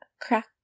Crack